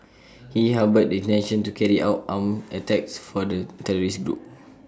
he harboured the intention to carry out armed attacks for the terrorist group